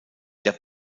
der